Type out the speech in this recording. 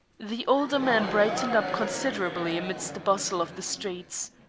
the older man brightened up considerably amidst the bustle of the streets.